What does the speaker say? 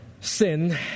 sin